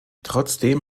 trotzdem